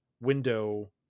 window